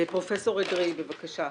פרופסור אדרעי בבקשה.